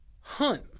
hunt